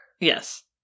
Yes